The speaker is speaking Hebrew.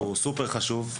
והוא סופר חשוב.